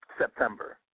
September